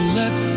let